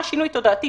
מה שינוי תודעתי,